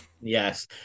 Yes